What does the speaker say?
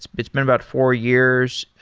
it's but it's been about four years.